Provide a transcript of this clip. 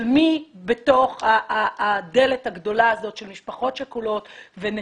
מי בתוך הדלת הגדולה הזאת של משפחות שכולות ונכים,